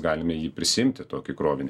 galime jį prisiimti tokį krovinį